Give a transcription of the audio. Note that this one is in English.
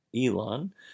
elon